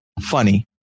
Funny